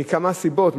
מכמה סיבות,